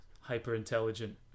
hyper-intelligent